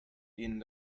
ihnen